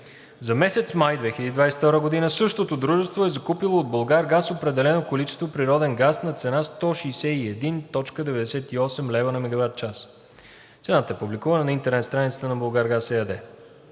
За месец май 2022 г. същото дружество е закупило от „Булгаргаз“ определено количество природен газ на цена 161,98 лв. за мегаватчас (цената е публикувана на интернет страницата на „Булгаргаз“